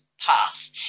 path